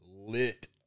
Lit